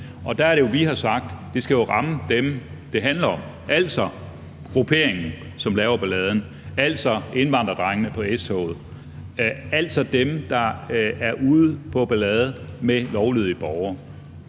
Der er det jo, vi har sagt, at det skal ramme dem, det handler om, altså grupperingen, som laver balladen, altså indvandrerdrengene på S-toget, altså dem, der er ude på ballade med lovlydige borgere.